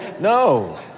No